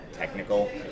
Technical